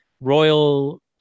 royal